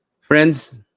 Friends